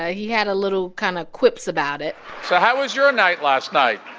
ah he had a little kind of quips about it so how was your night last night?